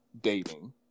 dating